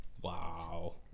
Wow